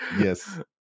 yes